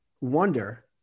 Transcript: wonder